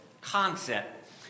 concept